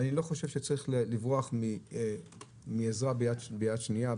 ואני לא חושב שצריך לברוח מלזרוע ביד שנייה,